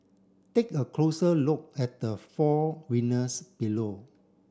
take a closer look at the four winners below